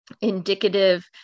indicative